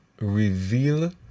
reveal